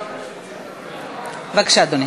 בבקשה, אדוני.